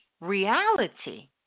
reality